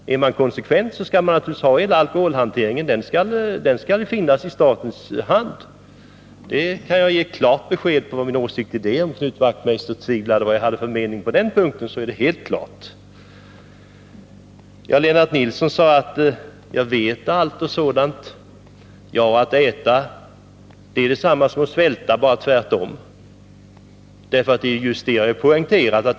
Är man konsekvent skall man naturligtvis lägga hela alkoholhanteringen i statens hand. Det vill jag för min del ge klart besked om, ifall Knut Wachtmeister tvivlar på vad jag har för mening på den punkten. Lennart Nilsson sade att Torsten Bengtson påstår sig veta allt. Att äta är detsamma som att svälta, bara tvärtom. Jag poängterade att man inte vet allt i denna fråga.